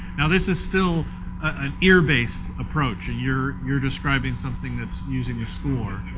now, this is still an ear-based approach. and you're you're describing something that's using a score.